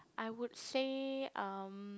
I would say um